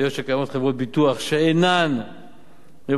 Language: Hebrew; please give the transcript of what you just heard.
היות שקיימות חברות ביטוח שאינן מבססות